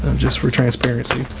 um just for transparency.